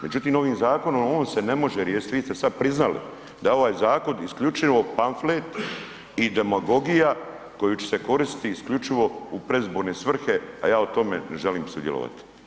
Međutim, ovim zakonom on se ne može riješiti, vi ste sada priznali da ovaj zakon isključivo pamflet i demagogija koju će se koristiti isključivo u predizborne svrhe, a ja u tome ne želim sudjelovati.